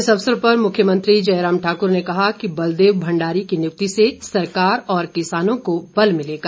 इस अवसर पर मुख्यमंत्री जयराम ठाकूर ने कहा कि बलदेव भंडारी की नियुक्ति से सरकार और किसानों को बल मिलेगा